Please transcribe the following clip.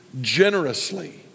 generously